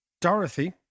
Dorothy